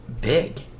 big